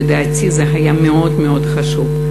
ולדעתי זה היה מאוד מאוד חשוב,